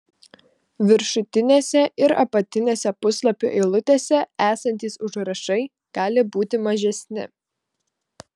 viršutinėse ir apatinėse puslapių eilutėse esantys užrašai gali būti mažesni